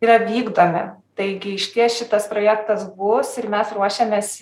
yra vykdomi taigi išties šitas projektas bus ir mes ruošiamės